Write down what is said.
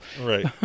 Right